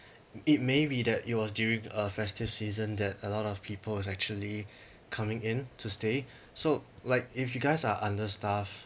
it may be that it was during a festive season that a lot of people is actually coming in to stay so like if you guys are understaffed